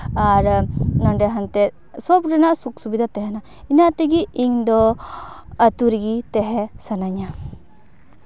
ᱟᱨ ᱱᱚᱰᱮ ᱦᱟᱱᱛᱮᱜ ᱥᱚᱵ ᱨᱮᱱᱟᱜ ᱥᱩᱵᱤᱫᱷᱟ ᱛᱟᱦᱮᱱᱟ ᱤᱱᱟᱹ ᱛᱮᱜᱮ ᱤᱧ ᱫᱚ ᱟᱛᱳ ᱨᱮᱜᱮ ᱛᱟᱦᱮᱸ ᱥᱟᱱᱟᱧᱟᱹ